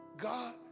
God